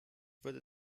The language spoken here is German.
würde